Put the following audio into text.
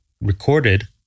recorded